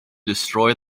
destroy